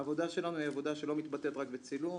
העבודה שלנו היא עבודה שלא מתבטאת רק בצילום.